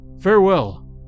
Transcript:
farewell